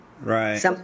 Right